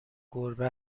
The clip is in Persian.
گربه